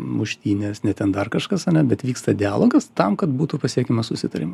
muštynės ne ten dar kažkas ane bet vyksta dialogas tam kad būtų pasiekiamas susitarima